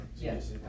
Yes